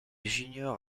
junior